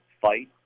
fight